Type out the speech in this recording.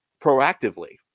proactively